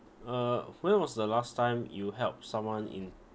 uh when was the last time you help someone in